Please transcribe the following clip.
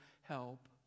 help